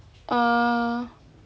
err